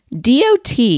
DOT